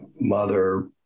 mother